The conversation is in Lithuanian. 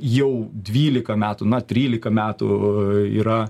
jau dvylika metų na trylika metų yra